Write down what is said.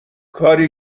کاری